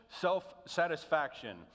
self-satisfaction